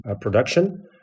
production